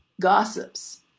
gossips